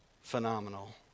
Phenomenal